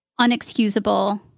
unexcusable